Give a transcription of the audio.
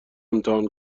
امتحان